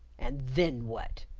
and then what?